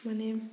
माने